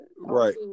Right